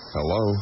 Hello